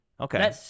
Okay